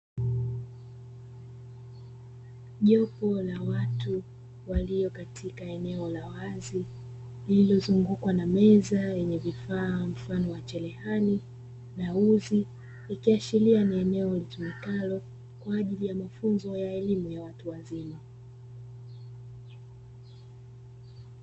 Jopo la watu walio katika eneo la wazi, lililozungukwa na meza na vifaa mfano wa cherehani na uzi ikiashiria ni eneo litumikalo kwa ajili ya mafunzo ya elimu ya watu wazima.